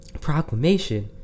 proclamation